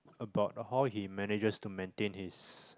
about how he manages to maintain his